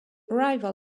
rival